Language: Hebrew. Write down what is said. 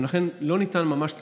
ולכן לא ניתן ממש לפלח.